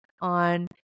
on